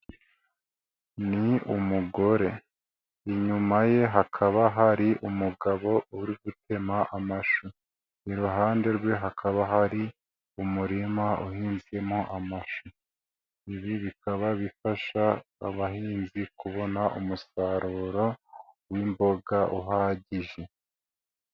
Ni umugore, inyuma ye hakaba hari umugabo uri gutema amashu, iruhande rwe hakaba hari umurima uhinzemo amashu, ibi bikaba bifasha abahinzi kubona umusaruro w'imboga uhagije.